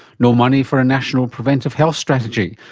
no money for a national preventive health strategy,